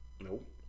Nope